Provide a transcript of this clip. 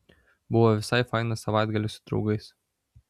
buvo visai fainas savaitgalis su draugais